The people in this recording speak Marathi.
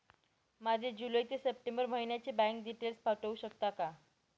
माझे जुलै ते सप्टेंबर महिन्याचे बँक डिटेल्स पाठवू शकता का?